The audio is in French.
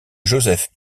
joseph